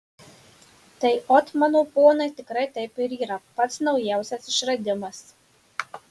tai ot mano ponai tikrai taip ir yra pats naujausias išradimas